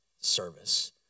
service